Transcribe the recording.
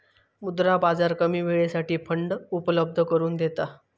मुद्रा बाजार कमी वेळेसाठी फंड उपलब्ध करून देता